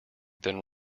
than